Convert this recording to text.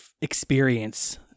experience